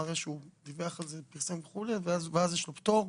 מראה שהוא דיווח על זה ופרסם ואז יש לו פטור.